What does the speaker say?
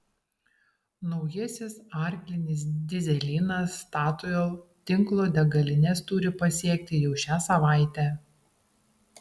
naujasis arktinis dyzelinas statoil tinklo degalines turi pasiekti jau šią savaitę